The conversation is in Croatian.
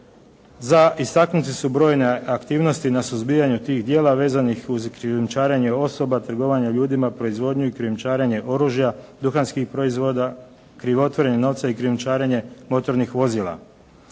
Za istaknuti su brojne aktivnosti na suzbijanju tih djela vezanih uz krijumčarenje osoba, trgovanja ljudima, proizvodnju i krijumčarenje oružja, duhanskih proizvoda, krivotvorenje novca i krijumčarenje motornih vozila.